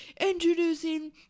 introducing